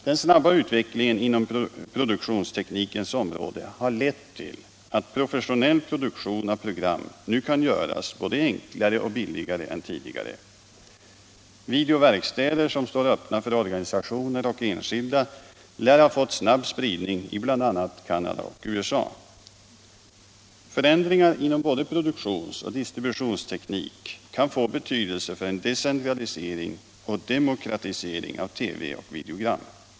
Den snabba utvecklingen inom produktionsteknikens område har lett till att professionell produktion av program nu kan göras både enklare och billigare än tidigare. Videoverkstäder som står öppna för organisationer och enskilda lär ha fått snabb spridning i bl.a. Canada och USA. Förändringar inom både produktions och distributionsteknik kan få betydelse för en decentralisering och demokratisering av TV och videogram.